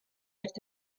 ერთ